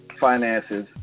finances